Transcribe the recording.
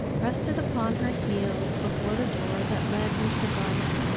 rested upon her heels before the door that led into the garden.